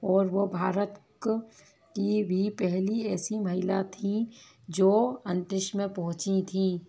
और वे भारत क की भी पहली ऐसी महिला थीं जो अंतरिक्ष में पहुँची थीं